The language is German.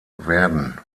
werden